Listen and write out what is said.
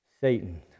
Satan